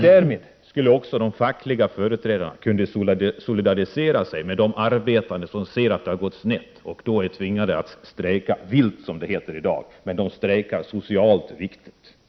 Därmed skulle också de fackliga företrädarna kunna solidarisera sig med de arbetande som ser att det har gått snett och som då är tvingade att ta till vild strejk, som det heter — men socialt är det riktigt.